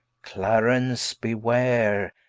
clarence beware,